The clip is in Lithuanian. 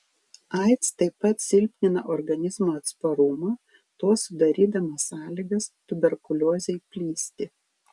aids taip pat silpnina organizmo atsparumą tuo sudarydama sąlygas tuberkuliozei plisti